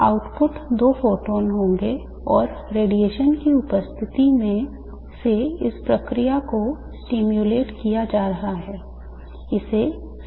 output दो photon होंगे और रेडिएशन की उपस्थिति से इस प्रक्रिया को उत्तेजित कहा जाता है